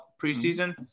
preseason